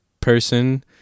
person